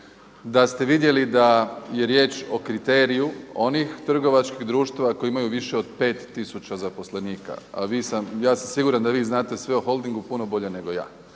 da ste vidjeli da je riječ o kriteriju onih trgovačkih društava koji imaju više od pet tisuća zaposlenika. A ja sam siguran da vi znate sve o Holdingu puno bolje nego ja